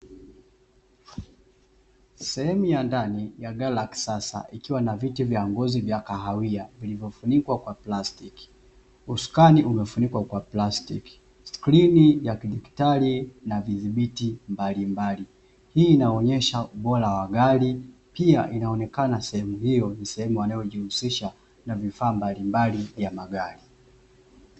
Sehemu ya ndani ya gari la kisasa ikiwa na viti vya ngozi vya kahawia vilivyofunikwa kwa plastiki. Usukani umefunikwa kwa plastiki. Skrini ya kidigitali na vidhibiti mbalimbali. Hii inaonyesha ubora wa gari pia inaonekana sehemu hiyo, ni sehemu wanayojihusisha, na vifaa mbalimbali vya magari.